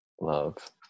love